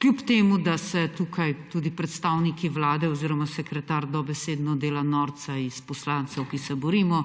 Kljub temu da se tukaj tudi predstavniki Vlade oziroma sekretar, dobesedno dela norca iz poslancev, ki se borimo